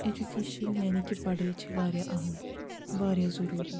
education یعنی کہ پڑھٲے چھِ واریاہ أہم واریاہ ضروٗری